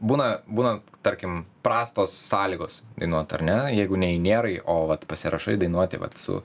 būna būna tarkim prastos sąlygos dainuot ar ne jeigu ne injerai o vat pasirašai dainuoti vat su